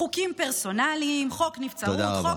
חוקים פרסונליים, חוק נבצרות, תודה רבה.